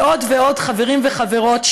ועוד ועוד חברים וחברות,